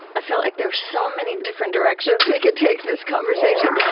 i felt like there were so many different directions we could take this conversation oh,